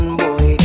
boy